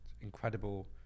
incredible